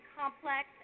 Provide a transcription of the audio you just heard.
complex